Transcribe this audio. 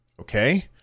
Okay